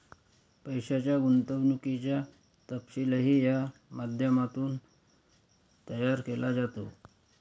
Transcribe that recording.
पैशाच्या गुंतवणुकीचा तपशीलही या माध्यमातून तयार केला जातो